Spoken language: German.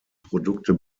produkte